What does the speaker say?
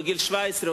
בגיל 17,